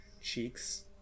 cheeks